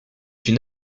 une